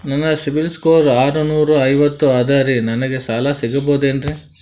ನನ್ನ CIBIL score ಆರನೂರ ಐವತ್ತು ಅದರೇ ನನಗೆ ಸಾಲ ಸಿಗಬಹುದೇನ್ರಿ?